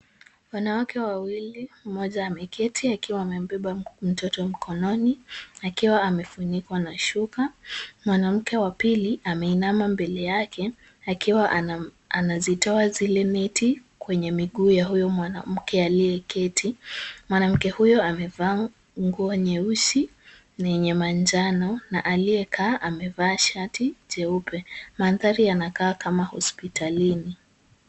Wanawake wawili, mmoja ameketi akiwa amembeba mtoto mkononi akiwa amefunikwa na shuka. Mwanamke wa pili ameinama mbele yake akiwa anazitoa zile neti kwenye miguu ya huyo mwanamke aliyeketi. Mwanamke huyo amevaa nguo nyeusi na yenye manjano, na aliyekaa amevaa shati jeupe. Mandhari yanakaa kama hospitalini.